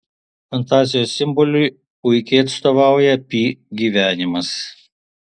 fantazijos simboliui puikiai atstovauja pi gyvenimas